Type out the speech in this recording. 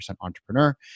Entrepreneur